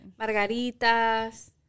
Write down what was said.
Margaritas